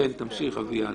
כן, תמשיך, אביעד.